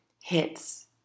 hits